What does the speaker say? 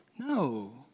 no